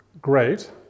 great